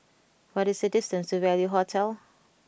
what is the distance to Value Hotel